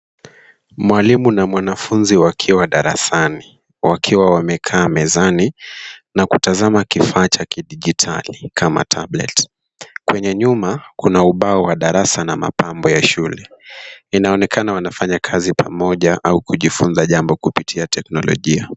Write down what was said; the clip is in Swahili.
Mwalimu na mwanafunzi wakiwa darasani. Wakiwa wamevaa mezani na kutazama kifaa cha kidijitali kama tablet .Kwenye nyuma kuna ubao wa darasa na mapambo ya shule. Inaonekana wanafanya kazi pamoja ah kujifunza jambo kupitia teknolojia.